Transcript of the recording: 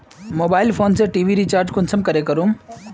Mobile phone से TV recharge कुंसम करे करूम?